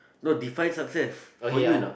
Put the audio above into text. no define success for you